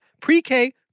pre-K